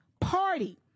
Party